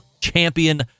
champion